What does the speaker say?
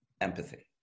empathy